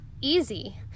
easy